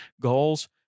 goals